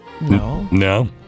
No